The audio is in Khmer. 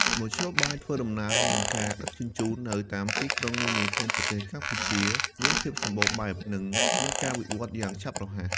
មធ្យោបាយធ្វើដំណើរនិងការដឹកជញ្ជូននៅតាមទីក្រុងនានាក្នុងប្រទេសកម្ពុជាមានភាពសម្បូរបែប និងមានការវិវត្តន៍យ៉ាងឆាប់រហ័ស។